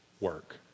work